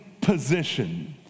position